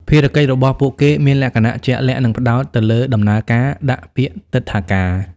ភារកិច្ចរបស់ពួកគេមានលក្ខណៈជាក់លាក់ និងផ្តោតទៅលើដំណើរការដាក់ពាក្យទិដ្ឋាការ។